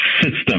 system